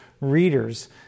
readers